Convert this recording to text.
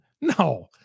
No